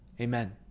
amen